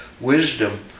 wisdom